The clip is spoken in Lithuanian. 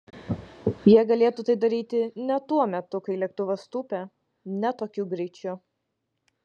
jie galėtų tai daryti ne tuo metu kai lėktuvas tūpia ne tokiu greičiu